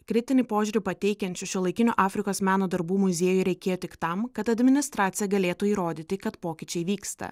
kritinį požiūrį pateikiančių šiuolaikinio afrikos meno darbų muziejų reikėjo tik tam kad administracija galėtų įrodyti kad pokyčiai vyksta